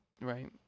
right